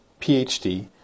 PhD